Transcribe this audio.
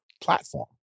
platform